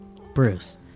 Bruce